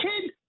kid